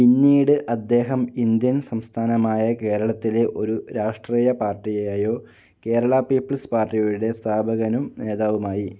പിന്നീട് അദ്ദേഹം ഇന്ത്യൻ സംസ്ഥാനമായ കേരളത്തിലെ ഒരു രാഷ്ട്രീയ പാർട്ടിയായോ കേരള പീപ്പിൾസ് പാർട്ടിയുടെ സ്ഥാപകനും നേതാവുമായി